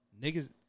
Niggas